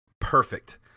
perfect